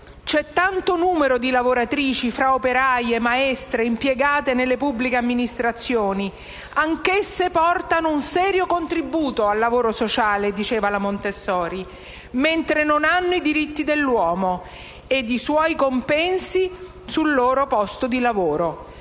c'è tanto numero di lavoratrici fra operaie, maestre, impiegate nelle pubbliche amministrazioni, anch'esse portano un serio contributo al lavoro sociale: mentre non hanno i diritti dell'uomo e i suoi compensi al proprio lavoro.